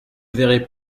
verrez